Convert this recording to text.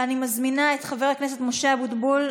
אני מזמינה את חבר הכנסת משה אבוטבול,